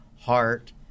heart